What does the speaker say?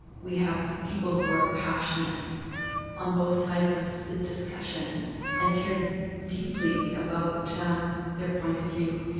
we have people who are passionate on both sides of the discussion and care deeply about their point of view,